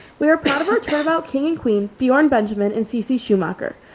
we are proud of our turnabout king and queen beyond benjamin and cc schumacher.